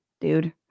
dude